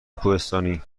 کوهستانی